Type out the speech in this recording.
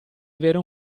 avere